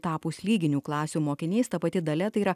tapus lyginių klasių mokiniais ta pati dalia tai yra